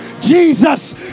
jesus